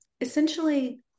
essentially